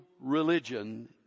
religion